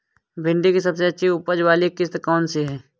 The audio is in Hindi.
भिंडी की सबसे अच्छी उपज वाली किश्त कौन सी है?